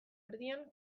erdian